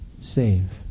Save